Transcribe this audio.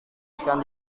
ikan